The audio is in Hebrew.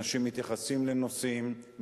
אנשים מתייחסים לנושאים,